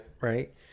Right